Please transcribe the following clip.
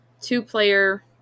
two-player